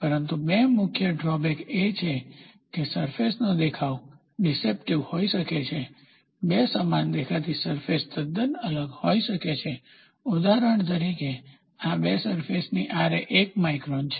પરંતુ બે મુખ્ય ડ્રોબેક એ છે કે સરફેસનો દેખાવ ડીસેપ્ટીવ હોઈ શકે છે બે સમાન દેખાતી સરફેસ તદ્દન અલગ હોઈ શકે છે ઉદાહરણ તરીકે આ બે સરફેસ ની 1 માઇક્રોન છે